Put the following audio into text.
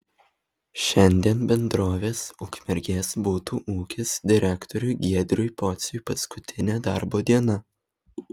šiandien bendrovės ukmergės butų ūkis direktoriui giedriui pociui paskutinė darbo diena